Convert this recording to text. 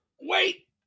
wait